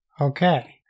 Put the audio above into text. Okay